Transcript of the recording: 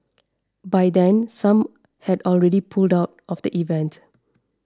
by then some had already pulled out of the event